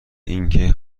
اینکه